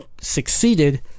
succeeded